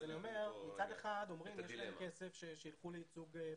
מצד אחד אומרים שיש לו כסף ושילך לייצוג עצמי.